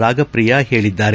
Ragapriya ಪೇಳದ್ದಾರೆ